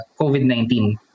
COVID-19